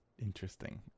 interesting